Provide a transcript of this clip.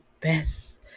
best